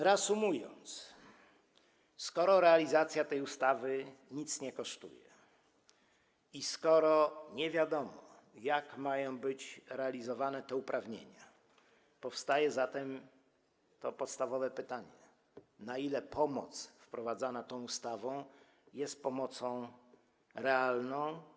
Reasumując, skoro realizacja tej ustawy nic nie kosztuje i nie wiadomo, jak mają być realizowane te uprawnienia, powstaje podstawowe pytanie: Na ile pomoc wprowadzana tą ustawą jest pomocą realną?